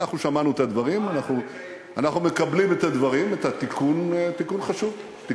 הוא אמר את זה בקהיר.